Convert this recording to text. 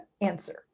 answer